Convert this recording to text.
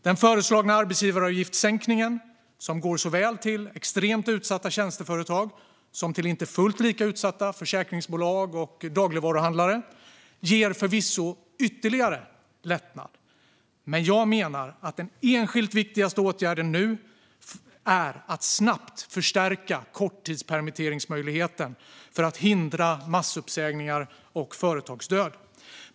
Den föreslagna arbetsgivaravgiftssänkningen, som går till såväl extremt utsatta tjänsteföretag som inte fullt lika utsatta försäkringsbolag och dagligvaruhandlare, ger förvisso ytterligare lättnad. Men jag menar att den enskilt viktigaste åtgärden nu är att snabbt förstärka kortidspermitteringsmöjligheten för att hindra massuppsägningar och företagsdöd.